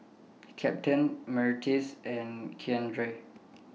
Captain Myrtis and Keandre